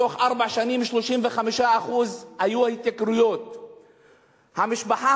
בתוך ארבע שנים היו התייקרויות של 35%. המשפחה